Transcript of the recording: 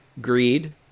greed